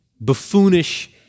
buffoonish